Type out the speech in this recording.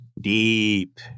Deep